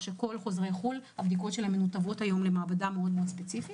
שהבדיקות של כל החוזרים מחו"ל מנותבות למעבדה מאוד ספציפית.